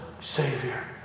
Savior